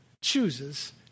chooses